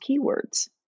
keywords